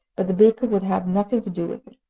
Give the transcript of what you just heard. but the baker would have nothing to do with it.